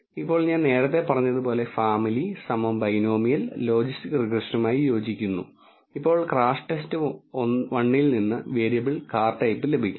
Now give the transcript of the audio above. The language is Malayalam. ഇപ്പോൾ ഞാൻ നേരത്തെ പറഞ്ഞതുപോലെ ഫാമിലി ബൈനോമിയൽ ലോജിസ്റ്റിക് റിഗ്രഷനുമായി യോജിക്കുന്നു ഇപ്പോൾ crashTest 1 ൽ നിന്ന് വേരിയബിൾ കാർ ടൈപ്പ് ലഭിക്കും